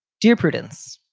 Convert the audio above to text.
dear prudence,